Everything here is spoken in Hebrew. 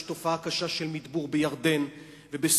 יש תופעה קשה של מידבור בירדן ובסוריה,